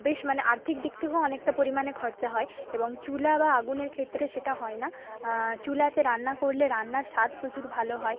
বেশ মানে আর্থিক দিক থেকেও অনেকটা পরিমাণে খরচা হয় এবং চুলা বা আগুনের ক্ষেত্রে সেটা হয় না চুলাতে রান্না করলে রান্নার স্বাদ প্রচুর ভালো হয়